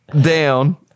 down